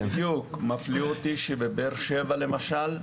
מפליא אותו שבבאר שבע למשל,